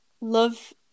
love